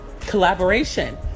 collaboration